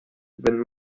wenn